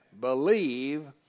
Believe